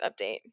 update